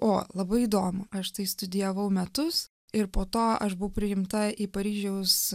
o labai įdomu aš tai studijavau metus ir po to aš buvau priimta į paryžiaus